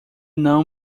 não